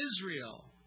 Israel